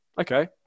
okay